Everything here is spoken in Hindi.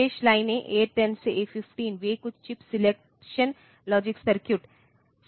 शेष लाइनें A 10 से A 15 वे कुछ चिप सिलेक्शन लॉजिक सर्किटरी को जाएंगे